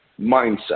mindset